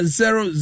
zero